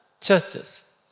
churches